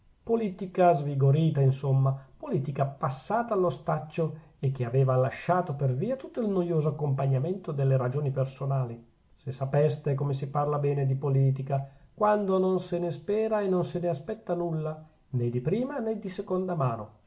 politica svigorita insomma politica passata allo staccio e che aveva lasciato per via tutto il noioso accompagnamento delle ragioni personali se sapeste come si parla bene di politica quando non se ne spera e non se ne aspetta nulla nè di prima nè di seconda mano